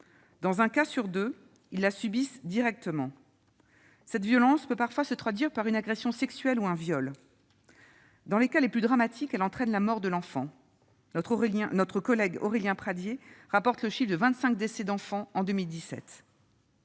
Dans un cas sur deux, ils la subissent directement. Cette violence peut parfois se traduire par une agression sexuelle ou un viol. Dans les cas les plus dramatiques, elle entraîne la mort de l'enfant. Notre collègue député Aurélien Pradié rapporte le chiffre de 25 décès d'enfants en 2017.